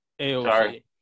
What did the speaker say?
AOC